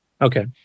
Okay